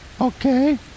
Okay